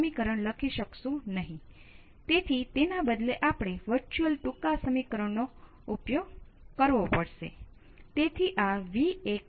સમય તે યોગ્ય હોવો જોઈએ કારણ કે તમારી પાસે અહીં સમય છે